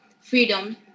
freedom